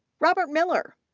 robert miller,